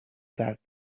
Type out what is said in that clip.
that